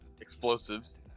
Explosives